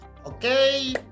Okay